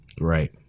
right